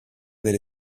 delle